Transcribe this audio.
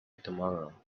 tomorrow